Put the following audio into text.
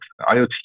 IoT